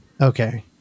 okay